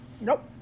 Nope